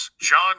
John